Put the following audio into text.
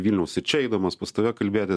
vilniaus ir čia eidamas pas tave kalbėtis